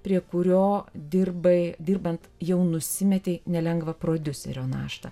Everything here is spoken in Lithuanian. prie kurio dirbai dirbant jau nusimetei nelengvą prodiuserio naštą